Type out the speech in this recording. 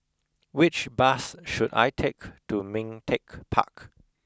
which bus should I take to Ming Teck Park